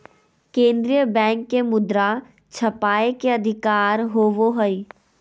केन्द्रीय बैंक के मुद्रा छापय के अधिकार होवो हइ